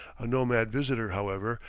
a nomad visitor, however,